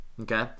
Okay